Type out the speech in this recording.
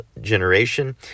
generation